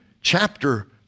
chapter